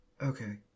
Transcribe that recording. Okay